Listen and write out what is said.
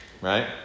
right